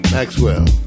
Maxwell